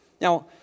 Now